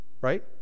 right